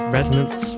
Resonance